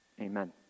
Amen